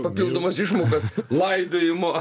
papildomas išmokas laidojimo